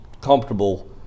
comfortable –